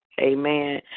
Amen